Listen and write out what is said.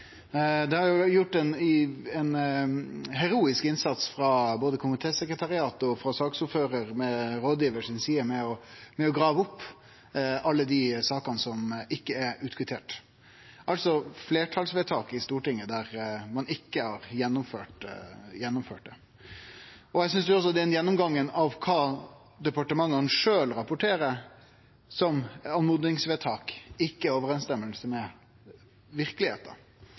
vi har klart å finne. Det er gjort ein heroisk innsats av både komitésekretariatet og saksordføraren med rådgivar med å grave opp alle dei sakene som ikkje er utkvitterte, altså fleirtalsvedtak i Stortinget som ikkje er blitt gjennomførte. Eg synest også at gjennomgangen av kva departementa sjølve rapporterer som oppmodingsvedtak, ikkje stemmer overeins med verkelegheita.